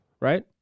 right